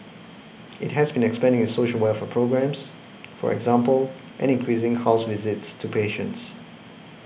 it has been expanding its social welfare programmes for example and increasing house visits to patients